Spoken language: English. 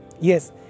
Yes